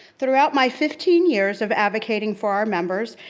throughout my fifteen years of advocating for our members,